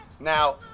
Now